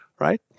Right